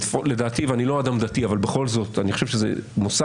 לדעתי ואני לא אדם דתי אבל בכל זאת אני חושב שזה מוסד,